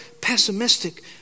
pessimistic